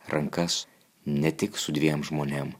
rankas ne tik su dviem žmonėm